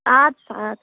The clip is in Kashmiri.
اَدٕ سا اَدٕ